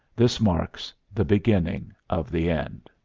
this marks the beginning of the end.